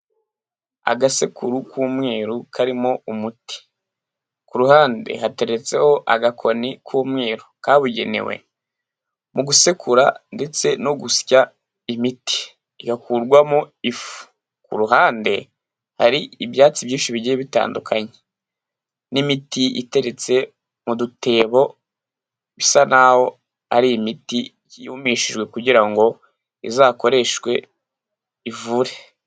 Agasekuru k'umweru karimo umuti. Ku ruhande hateretseho agakoni k'umweru kabugenewe mu gusekura ndetse no gusya imiti igakurwamo ifu. Ku ruhande hari ibyatsi byinshi bigiye bitandukanye n'imiti iteretse mu dutebo, bisa nk'aho ari imiti yumishijwe kugira ngo izakoreshwe ivure.